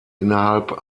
innerhalb